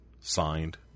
Signed